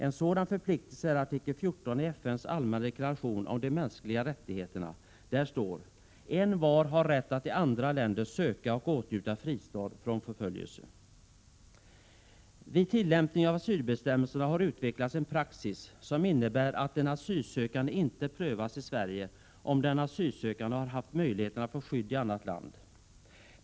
En sådan förpliktelse är artikel 14 i FN:s allmänna deklaration om de mänskliga rättigheterna. Där står: ”Envar har rätt att i andra länder söka och åtnjuta fristad från förföljelse.” Vid tillämpningen av asylbestämmelserna har utvecklats en praxis som innebär att en asylansökan inte prövas i Sverige om den asylsökande har haft möjligheten att få skydd i annat land.